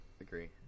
agree